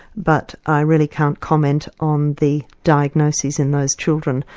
but i really can't comment on the diagnoses in those children.